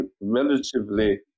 relatively